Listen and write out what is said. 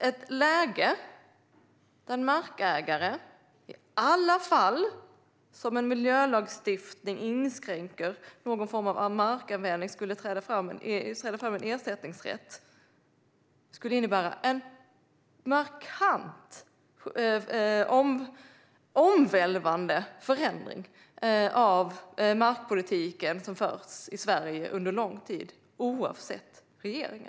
Ett läge där en markägare i alla de fall som en miljölagstiftning inskränker någon form av markanvändning skulle hävda en ersättningsrätt skulle innebära en markant och omvälvande förändring av den markpolitik som förts i Sverige under lång tid, oavsett regeringar.